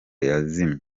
yazimye